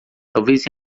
talvez